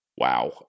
Wow